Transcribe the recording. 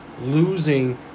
losing